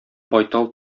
байтал